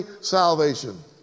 salvation